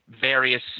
various